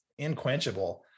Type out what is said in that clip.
inquenchable